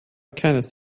keines